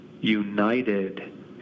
united